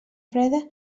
freda